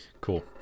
cool